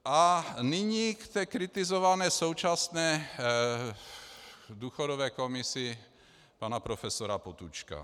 A nyní k té kritizované současné důchodové komisi pana profesora Potůčka.